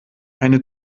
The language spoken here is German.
eine